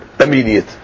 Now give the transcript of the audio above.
immediate